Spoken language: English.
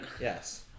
Yes